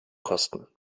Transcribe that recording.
kosten